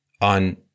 on